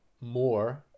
more